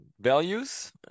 values